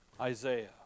Isaiah